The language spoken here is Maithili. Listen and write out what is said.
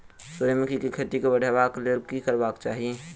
सूर्यमुखी केँ खेती केँ बढ़ेबाक लेल की करबाक चाहि?